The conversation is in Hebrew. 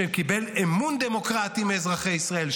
שקיבל אמון דמוקרטי מאזרחי ישראל,